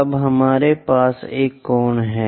अब हमारे पास एक कोण है